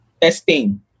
Testing